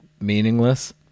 meaningless